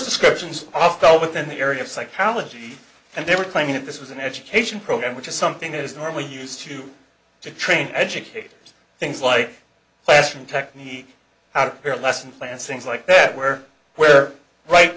descriptions all fell within the area of psychology and they were claiming that this was an education program which is something that is normally used to train educators things like classroom technique out of their lesson plans things like that where where wright